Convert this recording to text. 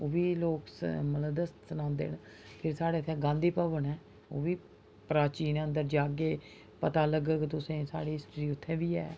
ओह् बी लोक मतलब सनांदे न कि साढ़ै इत्थै गांधी भवन ऐ ओह् बी प्राचीन ऐ अंदर जाह्गे पता लगग तुसें ई साढ़ी हिस्ट्री उत्थै बी ऐ